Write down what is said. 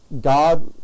God